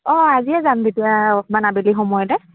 অঁ আজিয়েই যাম যেতিয়া অকমান আবেলি সময়তে